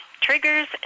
Triggers